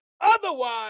otherwise